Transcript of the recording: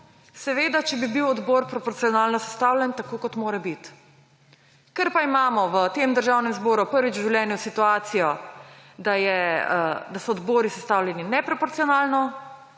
odborom, če bi bil odbor proporcionalno sestavljen, tako kot mora biti. Ker pa imamo v tem državnem zboru prvič v življenju situacijo, da so odbori sestavljeni neproporcionalno,